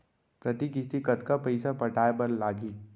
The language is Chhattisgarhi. प्रति किस्ती कतका पइसा पटाये बर लागही?